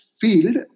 field